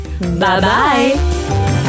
Bye-bye